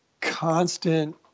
constant